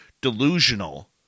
delusional